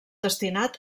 destinat